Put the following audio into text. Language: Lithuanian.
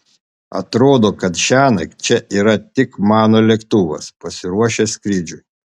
atrodo kad šiąnakt čia yra tik mano lėktuvas pasiruošęs skrydžiui